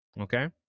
Okay